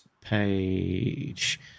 page